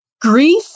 grief